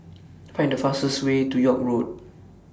Find The fastest Way to York Road